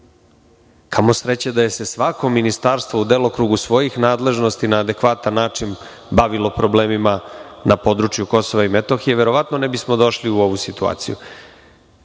sreće da se svako ministarstvo u delokrugu svojih nadležnosti na adekvatan način bavilo problemima na području Kosova i Metohije, verovatno ne bismo došli u ovu situaciju. Ja